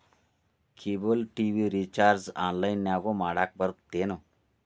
cable TV recharge ಆನ್ಲೈನ್ನ್ಯಾಗು ಮಾಡಕ ಬರತ್ತೇನು